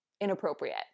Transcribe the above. inappropriate